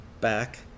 back